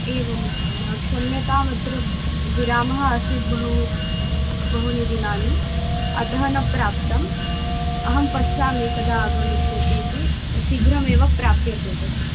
एवम् एवं वा क्षम्यतामत्र विरामः आसीत् बहु बहूनि दिनानि अतः न प्राप्तम् अहं पश्यामि कदा आगमिष्यतीति शीघ्रमेव प्राप्यते तत्र